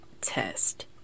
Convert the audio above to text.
Test